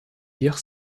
lire